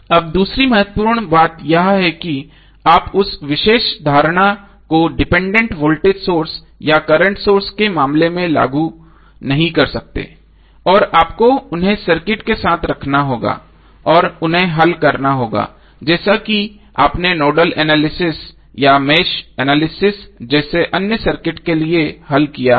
अब दूसरी महत्वपूर्ण बात यह है कि आप उस विशेष धारणा को डिपेंडेंट वोल्टेज या करंट सोर्स के मामले में लागू नहीं कर सकते हैं और आपको उन्हें सर्किट के साथ रखना होगा और उन्हें हल करना होगा जैसे कि आपने नोडल एनालिसिस या मेष एनालिसिस जैसे अन्य सर्किट्स के लिए हल किया है